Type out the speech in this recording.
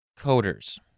Coders